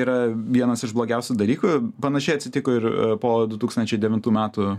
yra vienas iš blogiausių dalykų panašiai atsitiko ir po du tūkstančiai devintų metų